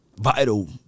vital